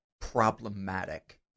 problematic